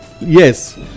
yes